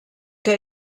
que